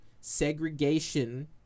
segregation